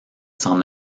s’en